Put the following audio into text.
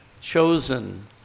chosen